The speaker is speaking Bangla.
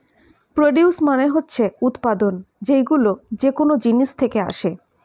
প্রডিউস মানে হচ্ছে উৎপাদন, যেইগুলো যেকোন জিনিস থেকে আসে